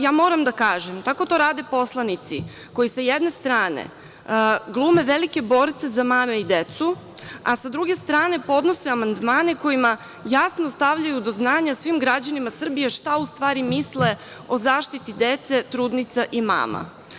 Ja moram da kažem, a tako to rade poslanici, koji sa jedne strane glume velike borce za mame i decu, a sa druge strane podnose amandmane kojima jasno stavljaju do znanja svim građanima Srbije šta u stvari misle o zaštiti dece, trudnica i mama.